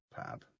Pab